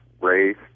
race